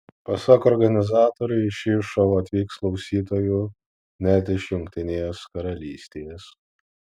pasak organizatorių į šį šou atvyks klausytojų net iš jungtinės karalystės